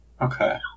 Okay